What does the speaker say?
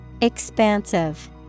Expansive